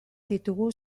ditugu